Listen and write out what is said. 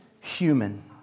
human